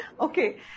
Okay